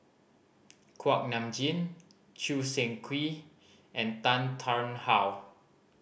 Kuak Nam Jin Choo Seng Quee and Tan Tarn How